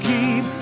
Keep